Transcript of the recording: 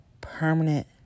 permanent